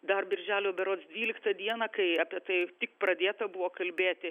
dar birželio berods dvyliktą dieną kai apie tai tik pradėta buvo kalbėti